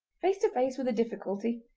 face to face with a difficulty,